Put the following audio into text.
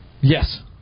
Yes